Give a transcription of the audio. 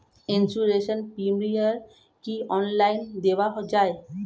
Insurance premium কি online দেওয়া যায়?